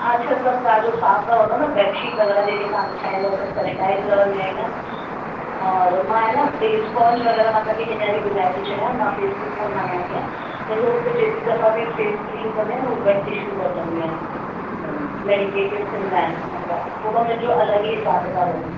अछा सभु तव्हांजो साफ़ु रहंदो न बैड शीट वग़ैरह जेके तव्हां विछाईंदव सभु सैनेटाईज़ रहंदी आहे न और मां आहे न इहो स्पॉंच वग़ैरह मां तव्हांखे हींअर ई ॿुधाए थी छॾियां मां फ़ेस ते कोन हणाईंदी आहियां मुंहिंजो हुते जेतिरी दफ़ा बि फ़ेस क्लीन कंदी आहे न उहा वेट टिशू कढंदियूं आहिनि मेडीकेटेड थींदा आहिनि थोरो मुंहिंजो अलॻि ई हिसाबु किताबु रहंदो